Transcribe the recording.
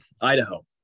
idaho